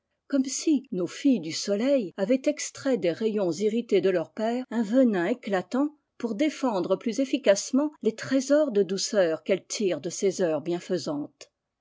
comme si nos filles du soleil avaient extrait des rayons irrités de leur père un venin éclatant pour défendre plus efficacement les trésors de douceur qu'elles tirent de ses heures bienfaisantes